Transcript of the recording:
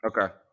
Okay